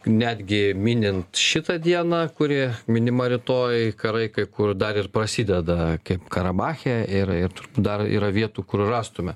netgi minint šitą dieną kuri minima rytoj karai kai kur dar ir prasideda kaip karabache ir ir turbūt dar yra vietų kur rastume